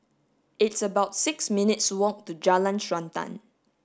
it's about six minutes' walk to Jalan Srantan